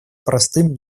простым